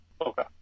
Okay